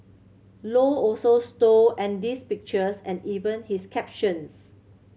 low also stole Andy's pictures and even his captions